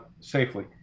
safely